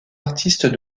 artistes